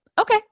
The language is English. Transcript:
okay